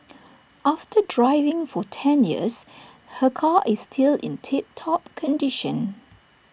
after driving for ten years her car is still in tip top condition